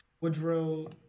Woodrow